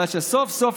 שסוף-סוף,